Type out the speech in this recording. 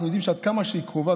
אנחנו יודעים עד כמה היא קרובה,